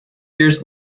years